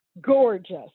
gorgeous